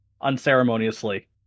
unceremoniously